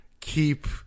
keep